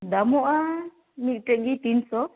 ᱫᱟᱢᱚᱜᱼᱟ ᱢᱤᱫᱴᱮᱱ ᱜᱮ ᱛᱤᱱᱥᱚ